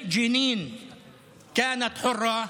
(אומר בערבית: ג'נין הייתה חופשית